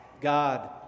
God